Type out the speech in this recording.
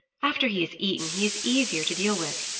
after he has eaten he is easier to deal with.